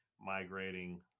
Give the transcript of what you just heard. migrating